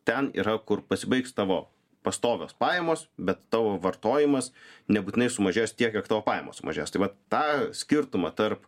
ten yra kur pasibaigs tavo pastovios pajamos bet tavo vartojimas nebūtinai sumažės tiek kiek tavo pajamos mažės tai vat tą skirtumą tarp